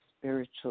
spiritual